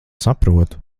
saprotu